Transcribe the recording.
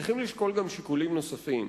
צריכים לשקול שיקולים נוספים.